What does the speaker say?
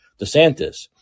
DeSantis